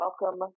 welcome